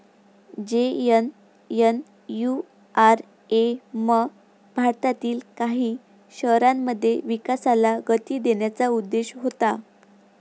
JNNURM भारतातील काही शहरांमध्ये विकासाला गती देण्याचा उद्देश होता